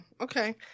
okay